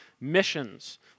missions